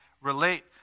relate